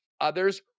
Others